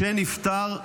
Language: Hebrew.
משה נפטר,